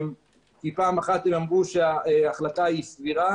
כי פעם אחת הם אמרו שההחלטה סבירה,